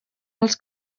els